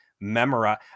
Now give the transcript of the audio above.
memorize